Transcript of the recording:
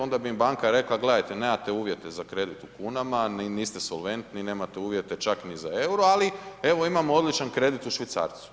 Onda bi im banka rekla, gledajte nemate uvjete za kredit u kunama, niste solventni, nemate uvjete čak i za euro, ali, evo, imamo odličan kredit u švicarcu.